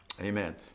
Amen